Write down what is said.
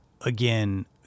again